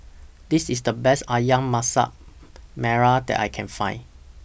This IS The Best Ayam Masak Merah that I Can Find